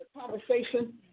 conversation